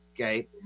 Okay